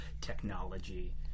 technology